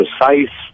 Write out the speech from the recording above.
precise